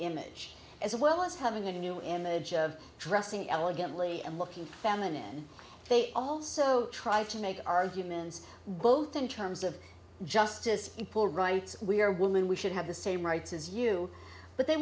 image as well as having a new image of dressing elegantly and looking famine in they also try to make arguments both in terms of justice in poor rights we are women we should have the same rights as you but they